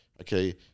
okay